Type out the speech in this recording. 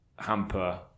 Hamper